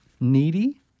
needy